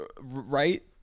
right